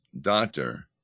doctor